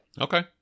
Okay